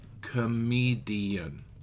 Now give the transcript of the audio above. comedian